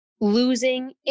losing